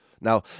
Now